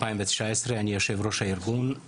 אני יושב ראש הארגון החל מ-2019.